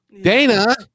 Dana